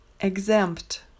Exempt